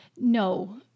no